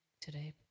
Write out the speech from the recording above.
today